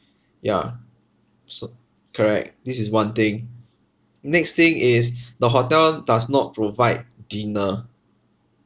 ya so correct this is one thing next thing is the hotel does not provide dinner